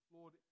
Lord